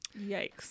Yikes